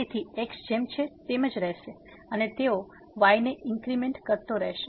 તેથી x જેમ છે તેમ રહેશે અને તેઓ y ને ઇન્ક્રીમેન્ટ કરતો રહેશે